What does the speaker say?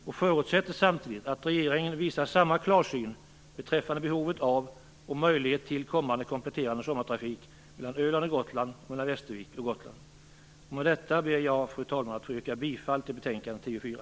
Jag förutsätter samtidigt att regeringen visar samma klarsyn beträffande behovet av och möjlighet till kommande kompletterande sommartrafik mellan Fru talman! Med detta yrkar jag bifall till utskottets hemställande i betänkandet TU4.